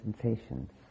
sensations